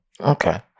okay